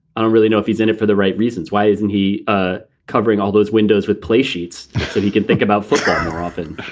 i don't really know if he's in it for the right reasons. why is and he ah covering all those windows with play sheets so he can think about football more often?